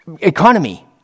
economy